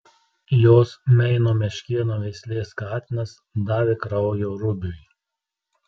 jos meino meškėno veislės katinas davė kraujo rubiui